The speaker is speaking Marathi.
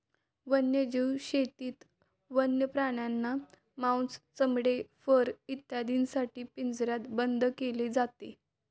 वन्यजीव शेतीत वन्य प्राण्यांना मांस, चामडे, फर इत्यादींसाठी पिंजऱ्यात बंद केले जाते